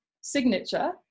signature